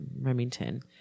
Remington